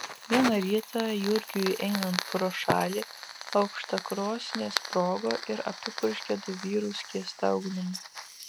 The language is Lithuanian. vieną rytą jurgiui einant pro šalį aukštakrosnė sprogo ir apipurškė du vyrus skysta ugnimi